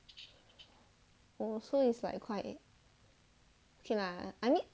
oh so it's like quite okay lah I mean